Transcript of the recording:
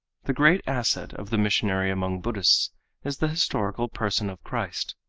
the great asset of the missionary among buddhists is the historical person of christ.